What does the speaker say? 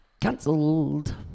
cancelled